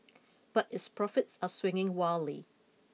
but its profits are swinging wildly